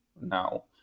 now